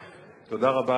(מחיאות כפיים) תודה רבה.